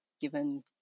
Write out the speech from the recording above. given